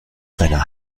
deiner